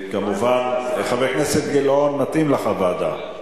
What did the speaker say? חבר הכנסת גילאון, מתאים לך בוועדה?